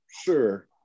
sure